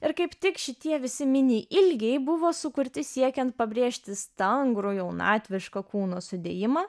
ir kaip tik šitie visi mini ilgiai buvo sukurti siekiant pabrėžti stangrų jaunatviško kūno sudėjimą